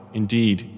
indeed